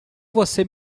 você